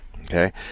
Okay